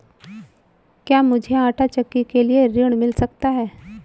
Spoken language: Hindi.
क्या मूझे आंटा चक्की के लिए ऋण मिल सकता है?